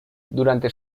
durante